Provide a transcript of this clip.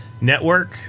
network